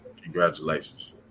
Congratulations